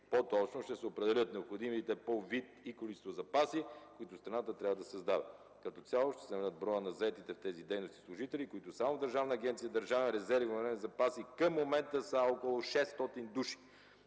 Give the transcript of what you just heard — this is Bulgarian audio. По-точно ще се определят необходимите по вид и количества запаси, които страната трябва да създава. Като цяло ще се намали броят на заетите в тези дейности служители, които само в Държавната агенция „Държавен резерв и военновременни запаси” към момента са около 600 души.